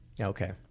Okay